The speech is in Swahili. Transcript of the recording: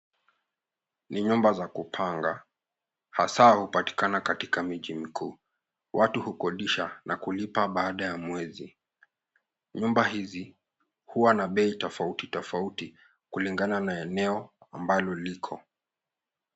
Ni nyumba za kupanga hasaa hupatikana katika miji mikuu. watu hukodisha na kulipa baada ya mwezi. Nyumba hizi huwa na bei tofauti tofauti kulingana na eneo ambalo liko.